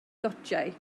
gotiau